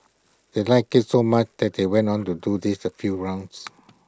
they liked IT so much that they went on to do this A few rounds